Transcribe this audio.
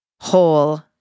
whole